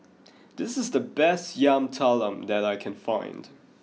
this is the best Yam Talam that I can find